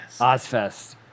Ozfest